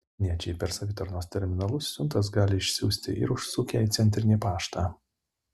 vilniečiai per savitarnos terminalus siuntas gali išsiųsti ir užsukę į centrinį paštą